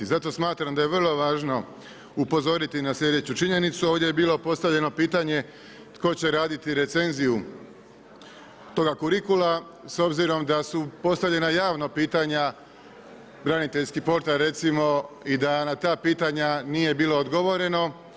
Zato smatram da je vrlo važno upozoriti na slijedeću činjenicu, ovdje je bilo postavljeno pitanje tko će raditi recenzija toga kurikula s obzirom da su postavljena javna pitanja braniteljski portal recimo i da na ta pitanja nije bilo odgovoreno.